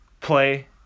play